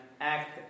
act